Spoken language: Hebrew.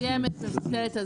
הטיסה מבוטלת,